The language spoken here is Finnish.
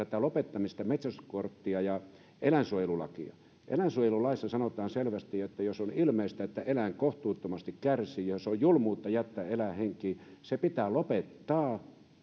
lopettamista metsästyskorttia ja eläinsuojelulakia eläinsuojelulaissa sanotaan selvästi että jos on ilmeistä että eläin kohtuuttomasti kärsii ja on julmuutta jättää eläin henkiin se pitää lopettaa